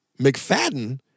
McFadden